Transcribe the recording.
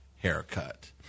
haircut